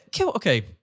okay